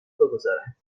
بگذارد